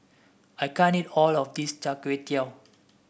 I can't eat all of this Char Kway Teow